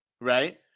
right